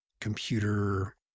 computer